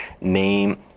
name